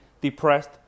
depressed